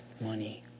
money